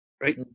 right